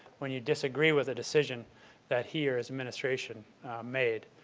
when you disagree with a decision that he or his administration made,